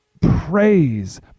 praise